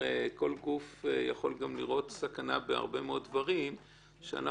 הרי כל גוף יכול גם לראות סכנה בהרבה מאוד דברים שאנחנו